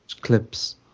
clips